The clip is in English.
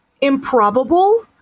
improbable